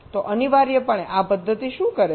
તો અનિવાર્યપણે આ પદ્ધતિ શું કરે છે